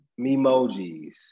Memojis